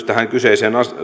tähän kyseiseen